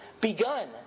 begun